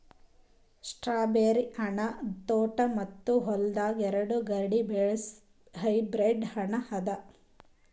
strawberry ಹಣ್ಣ ತೋಟ ಮತ್ತ ಹೊಲ್ದಾಗ್ ಎರಡು ಕಡಿ ಬೆಳಸ್ ಹೈಬ್ರಿಡ್ ಹಣ್ಣ ಅದಾ